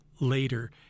later